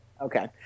Okay